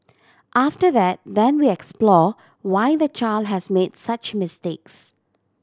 after that then we explore why the child has made such mistakes